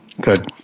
Good